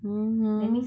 mmhmm